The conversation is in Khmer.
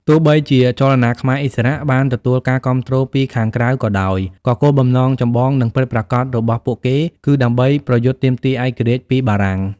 ទោះបីជា ចលនាខ្មែរឥស្សរៈ បានទទួលការគាំទ្រពីខាងក្រៅក៏ដោយ ក៏ គោលបំណងចម្បង និងពិតប្រាកដរបស់ពួកគេ គឺដើម្បី ប្រយុទ្ធទាមទារឯករាជ្យពីបារាំង។